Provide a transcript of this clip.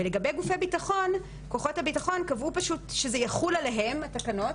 לגבי כוחות הביטחון קבעו פשוט שזה יחול עליהם התקנות,